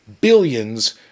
Billions